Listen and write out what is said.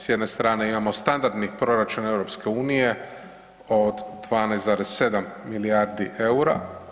S jedne strane imamo standardni proračun EU od 12,7 milijardi EUR-a.